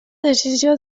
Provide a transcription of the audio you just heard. decisió